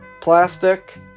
plastic